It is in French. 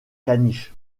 caniche